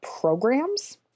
programs